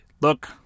look